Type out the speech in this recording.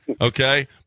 okay